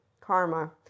karma